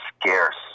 scarce